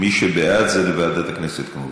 מי שבעד זה לוועדת הכנסת, כמובן.